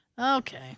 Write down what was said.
okay